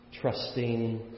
trusting